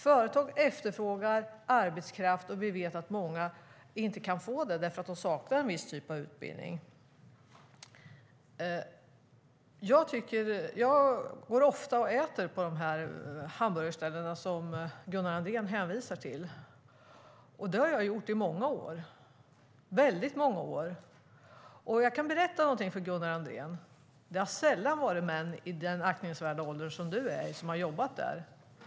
Företag efterfrågar arbetskraft, men många kan inte ta jobben därför att de saknar en viss typ av utbildning. Jag går ofta och äter på de hamburgerrestauranger som Gunnar Andrén hänvisar till. Det har jag gjort i väldigt många år. Jag kan berätta någonting för dig, Gunnar Andrén. Det har sällan varit män i den aktningsvärda ålder som du är i som har jobbat där.